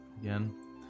again